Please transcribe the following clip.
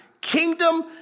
Kingdom